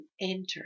enter